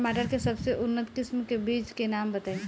टमाटर के सबसे उन्नत किस्म के बिज के नाम बताई?